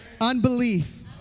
Unbelief